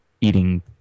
eating